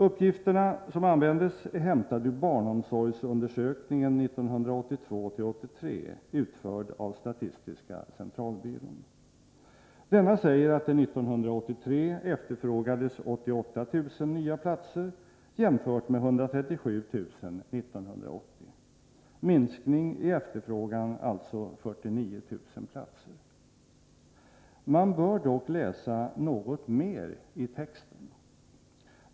Uppgifterna som användes är hämtade ur barnomsorgsundersökningen 1982/83, utförd av statistiska centralbyrån. Denna säger att det 1983 efterfrågades 88000 nya platser jämfört med 137 000 under 1980. Minskningen i efterfrågan gäller alltså 49 000 platser. Man bör dock läsa något mer i texten.